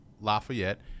Lafayette